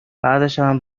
بعدشم